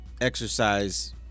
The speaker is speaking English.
exercise